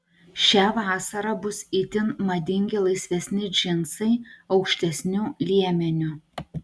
šią vasarą bus itin madingi laisvesni džinsai aukštesniu liemeniu